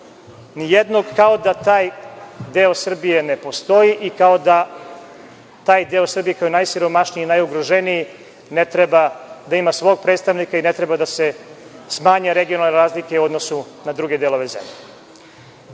Nijednog. Kao da taj deo Srbije ne postoji i kao da taj deo Srbije koji je najsiromašniji i najugroženiji ne treba da ima svog predstavnika i ne treba da se smanje regionalne razlike u odnosu na druge delove